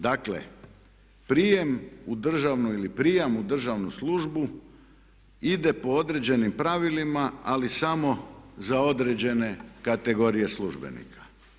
Dakle, prijem u državnu ili prijamnu državnu službu ide po određenim pravilima ali samo za određene kategorije službenika.